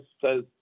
says